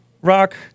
rock